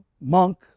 monk